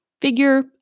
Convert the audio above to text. figure